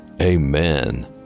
Amen